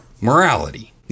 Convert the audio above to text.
morality